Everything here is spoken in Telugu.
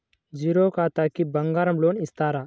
జీరో ఖాతాకి బంగారం లోన్ ఇస్తారా?